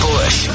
Bush